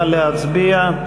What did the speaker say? נא להצביע.